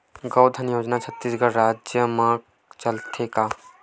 गौधन योजना छत्तीसगढ़ राज्य मा चलथे का?